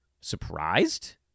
surprised